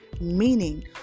meaning